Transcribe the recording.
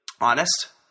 honest